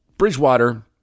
Bridgewater